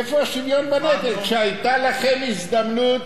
איפה השוויון בנטל כשהיתה לכם הזדמנות?